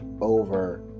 over